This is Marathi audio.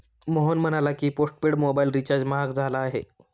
मोहन म्हणाला की, पोस्टपेड मोबाइल रिचार्ज महाग झाला आहे